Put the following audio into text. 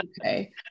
Okay